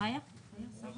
הכנסת